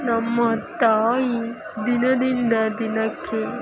ನಮ್ಮ ತಾಯಿ ದಿನದಿಂದ ದಿನಕ್ಕೆ